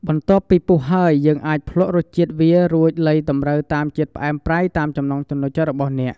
បន្ទាប់ពីពុះហើយ យើងអាចភ្លក្សរសជាតិវា រួចលៃតម្រូវជាតិផ្អែមប្រៃតាមចំណូលចិត្តរបស់អ្នក។